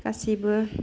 गासिबो